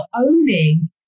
owning